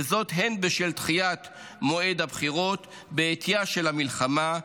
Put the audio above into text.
וזאת הן בשל דחיית מועד הבחירות בעטיה של המלחמה,